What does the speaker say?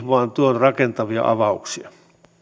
vaan tuon rakentavia avauksia